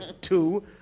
Two